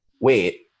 wait